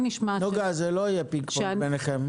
נגה רובינשטיין, זה לא יהיה פינג פונג ביניכן.